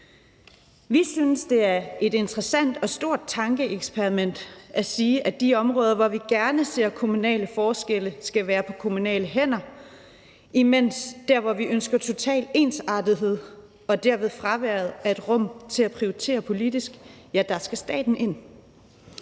Vi synes, det er et interessant og stort tankeeksperiment at sige, at de områder, hvor vi gerne ser kommunale forskelle, skal være på kommunale hænder, mens staten skal ind over de områder, hvor vi ønsker total ensartethed og derved fravær af et rum til at prioritere politisk. Vi kan sagtens